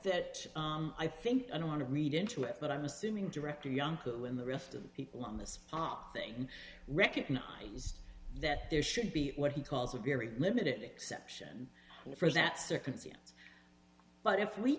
that i think i don't want to read into it but i'm assuming director young that when the rest of the people on the spot thing recognize that there should be what he calls a very limited exception for that circumstance but if we